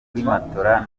matola